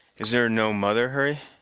is there no mother, hurry?